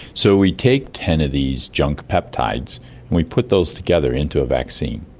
so we take ten of these junk peptides we put those together into a vaccine.